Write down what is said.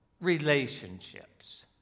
relationships